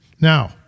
Now